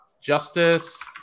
justice